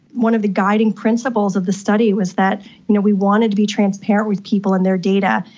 one of the guiding principles of the study was that you know we wanted to be transparent with people and their data,